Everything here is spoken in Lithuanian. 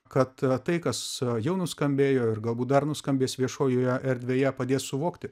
kad tai kas jau nuskambėjo ir galbūt dar nuskambės viešoje erdvėje padės suvokti